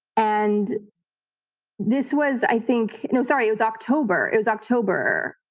and this was, i think, no sorry, it was october. it was october,